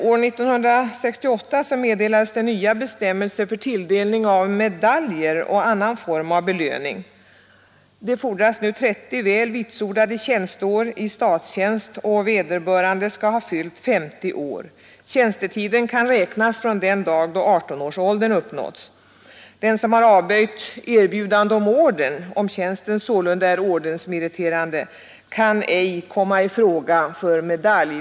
År 1968 meddelades nya bestämmelser för utdelning av medaljer och annan form av belöning. Det fordras nu 30 väl vitsordade tjänsteår i statstjänst, och vederbörande skall ha fyllt 50 år. Tjänstetiden kan räknas från den dag då 18-årsåldern uppnåtts. Den som avböjt erbjudande om Nr 112 orden — då tjänsten sålunda är ordensmeriterande — kan ej komma i Onsdagen den fråga för medalj.